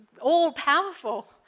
all-powerful